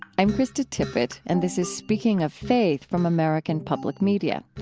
i'm krista tippett and this is speaking of faith from american public media.